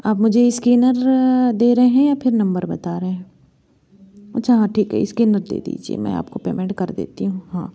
आप मुझे इस्कैनर दे रहे हैं या फिर नम्बर बता रहे हैं अच्छा ठीक है इस्कैनर दे दीजिए मैं आपको पेमेंट कर देती हूँ